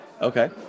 Okay